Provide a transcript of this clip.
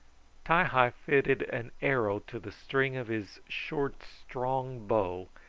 ti-hi fitted an arrow to the string of his short, strong bow,